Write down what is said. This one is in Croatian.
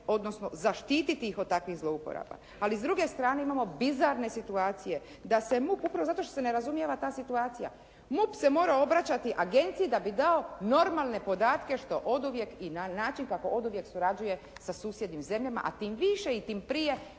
odnosno zaštiti ih od takvih zloupotreba. Ali s druge strane imamo bizarne situacije da se MUP, upravo zato što se ne razumijeva ta situacija, MUP se mora obraćati agenciji da bi dao normalne podatke, što oduvijek i na način kako oduvijek surađuje sa susjednim zemljama, a tim više i tim prije